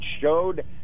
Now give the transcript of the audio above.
showed